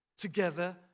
Together